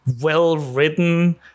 well-written